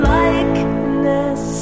likeness